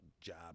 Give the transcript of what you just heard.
job